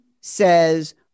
says